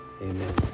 Amen